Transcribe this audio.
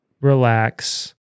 relax